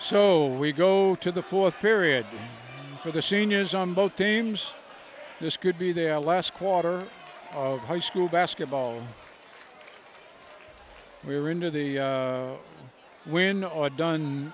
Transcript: so we go to the fourth period for the seniors on both teams this could be the last quarter of high school basketball we're into the win or done